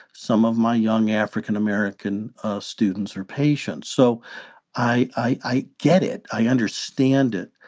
some of my young african-american students or patients. so i i get it. i understand it.